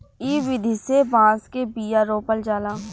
इ विधि से बांस के बिया रोपल जाला